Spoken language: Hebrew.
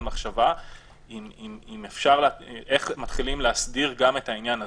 מחשבה איך מתחילים להסדיר גם את העניין הזה.